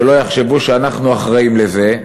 שלא יחשבו שאנחנו אחראים לזה,